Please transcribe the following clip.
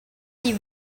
die